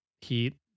Heat